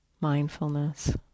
mindfulness